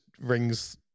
rings